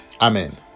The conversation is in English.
Amen